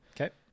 Okay